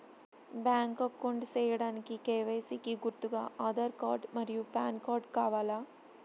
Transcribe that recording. Bank account సేయడానికి KYC కి గుర్తుగా ఆధార్ కార్డ్ మరియు పాన్ కార్డ్ కావాలా?